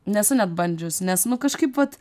nesu net bandžius nes nu kažkaip vat